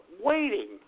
waiting